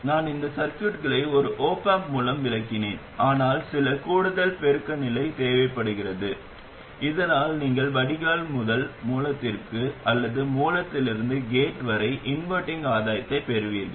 நான் இந்த சர்க்யூட்களை ஒரு op amp மூலம் விளக்கினேன் ஆனால் சில கூடுதல் பெருக்க நிலை தேவைப்படுகிறது இதனால் நீங்கள் வடிகால் முதல் மூலத்திற்கு அல்லது மூலத்திலிருந்து கேட் வரை இன்வெர்ட்டிங் ஆதாயத்தைப் பெறுவீர்கள்